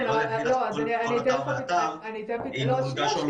אני לא יודע להגיד לך כל אתר ואתר אם הוא מונגש או לא.